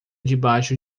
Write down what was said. debaixo